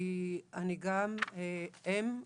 כי אני גם אם,